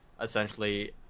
essentially